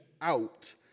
out